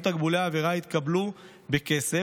אם תקבולי העבירה התקבלו בכסף,